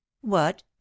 What